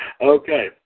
Okay